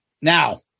now